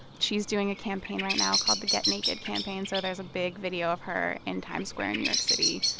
she's doing a campaign right now called the get naked campaign. so there's a big video of her in times square in new york city